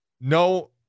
No